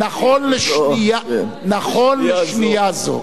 נכון לשנייה זו.